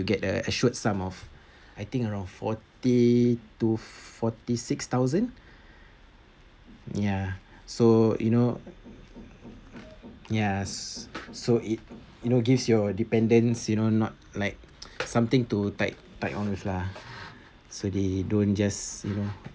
you get the assured sum of I think around forty to forty six thousand ya so you know yes so it you know gives your dependence you know not like something to tide tide on with lah so they don't just you know